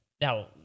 Now